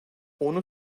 onu